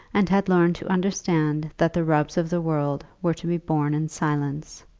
and had learned to understand that the rubs of the world were to be borne in silence.